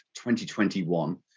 2021